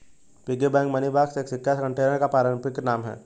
piggy bank money box एक सिक्का container का पारंपरिक नाम है